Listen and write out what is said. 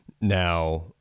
Now